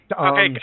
Okay